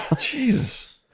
Jesus